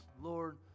Lord